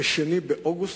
ב-2 באוגוסט,